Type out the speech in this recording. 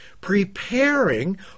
Preparing